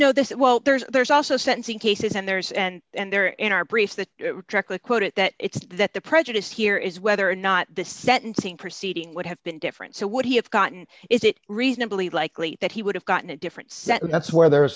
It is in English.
know this well there's there's also sentencing cases and there's and and there are in our briefs that quote it that it's that the prejudice here is whether or not the sentencing proceeding would have been different so would he have gotten is it reasonably likely that he would have gotten a different set and that's where